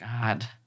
God